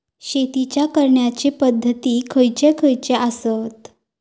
शेतीच्या करण्याचे पध्दती खैचे खैचे आसत?